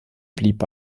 blieb